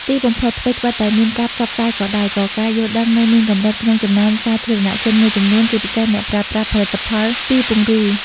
ទីបំផុត ថ្វីត្បិតតែមានការផ្សព្វផ្សាយក៏ដោយក៏ការយល់ដឹងនៅមានកម្រិតក្នុងចំណោមសាធារណជនមួយចំនួនជាពិសេសអ្នកប្រើប្រាស់ផលិតផលពីពង្រូល។